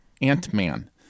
Ant-Man